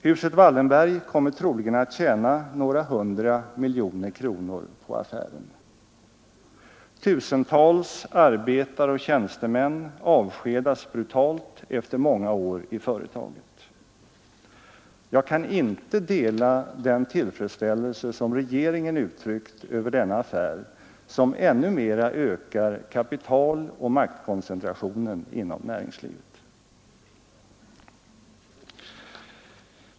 Huset Wallenberg kommer troligen att tjäna några hundra miljoner kronor på affären. Tusentals arbetare och tjäntemän avskedas brutalt efter många år i företaget. Jag kan inte dela den tillfredsställelse som regeringen uttryckt över denna affär, som ännu mera ökar kapitaloch maktkoncentrationen inom näringslivet.